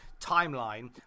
timeline